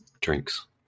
drinks